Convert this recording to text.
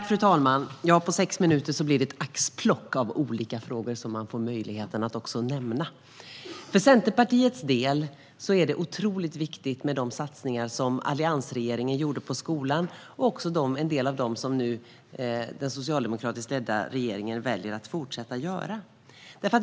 Fru talman! Ja, på sex minuter blir det ett axplock av frågor man får möjlighet att nämna. För Centerpartiets del är det otroligt viktigt med de satsningar alliansregeringen gjorde på skolan. En del av dem väljer den socialdemokratiskt ledda regeringen att fortsätta med.